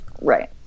Right